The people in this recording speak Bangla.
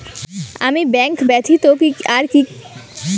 আমি ব্যাংক ব্যথিত আর কি কি সুবিধে পেতে পারি?